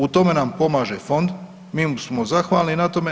U tome nam pomaže fond i mi smo mu zahvalni na tome.